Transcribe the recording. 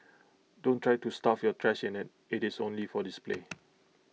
don't try to stuff your trash in IT it is only for display